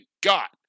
got